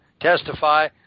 testify